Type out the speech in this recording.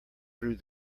through